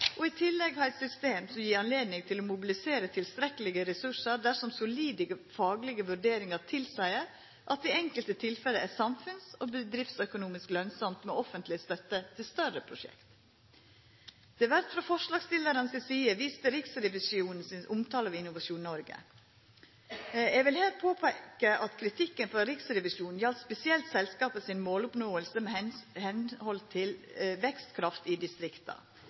og i tillegg ha eit system som gjev anledning til å mobilisera tilstrekkelege ressursar dersom solide faglege vurderingar tilseier at det i enkelte tilfelle er samfunns- og bedriftsøkonomisk lønsamt med offentleg støtte til større prosjekt. Det vert frå forslagsstillarane si side vist til Riksrevisjonen sin omtale av Innovasjon Norge. Eg vil her påpeika at kritikken frå Riksrevisjonen gjaldt spesielt selskapet si måloppnåing med omsyn til vekstkraft i distrikta